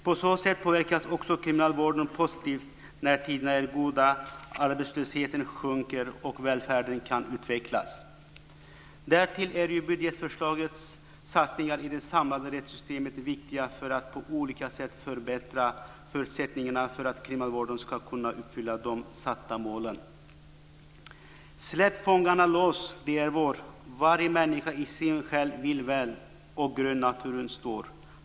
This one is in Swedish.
På så sätt påverkas också kriminalvården positivt när tiderna är goda, arbetslösheten sjunker och välfärden kan utvecklas. Därtill är ju budgetförslagets satsningar i det samlade rättssystemet viktiga för att på olika sätt förbättra förutsättningarna för att kriminalvården ska kunna uppfylla de satta målen. "Släpp fångarne loss, det är vår! Var mänska i sin själ vill väl, när grön Naturen står!"